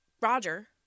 roger